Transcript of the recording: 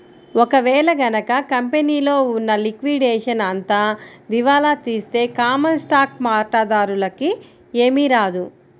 ఒక వేళ గనక కంపెనీలో ఉన్న లిక్విడేషన్ అంతా దివాలా తీస్తే కామన్ స్టాక్ వాటాదారులకి ఏమీ రాదు